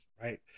right